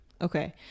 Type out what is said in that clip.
okay